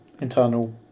internal